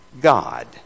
God